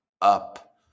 up